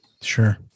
Sure